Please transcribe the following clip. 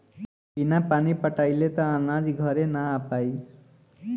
बिना पानी पटाइले त अनाज घरे ना आ पाई